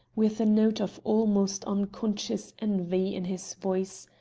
with a note of almost unconscious envy in his voice.